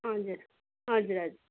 हजुर हजुर हजुर